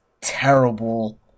terrible